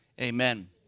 amen